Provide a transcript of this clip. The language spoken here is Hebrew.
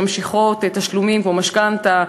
שממשיכות לשלם תשלומים כמו משכנתה,